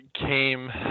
Came